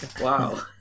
Wow